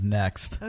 next